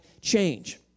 change